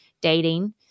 dating